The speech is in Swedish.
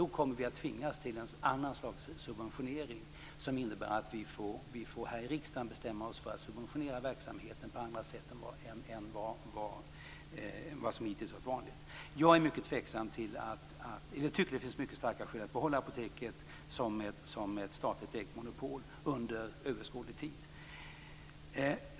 Då kommer vi att tvingas till annat slags subventionering, som innebär att vi här i riksdagen får bestämma oss för att subventionera verksamheten på annat sätt än vad som hittills varit vanligt. Jag tycker att det finns mycket starka skäl för att behålla apoteket som ett statligt ägt monopol under överskådlig tid.